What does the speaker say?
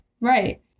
Right